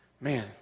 Man